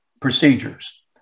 procedures